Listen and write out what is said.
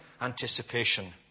anticipation